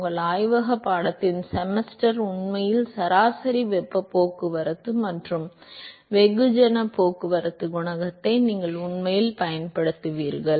உங்கள் ஆய்வகப் பாடத்தின் செமஸ்டர் உண்மையில் சராசரி வெப்பப் போக்குவரத்து மற்றும் வெகுஜனப் போக்குவரத்துக் குணகத்தை நீங்கள் உண்மையில் பயன்படுத்துவீர்கள்